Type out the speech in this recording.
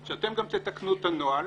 שאתם גם תתקנו את הנוהל,